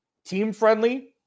Team-friendly